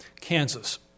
Kansas